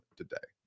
today